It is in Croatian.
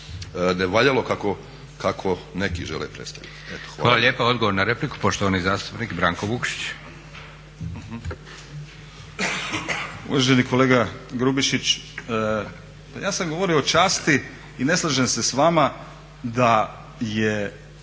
nevaljalo kako neki žele predstaviti. Eto hvala.